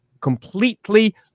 completely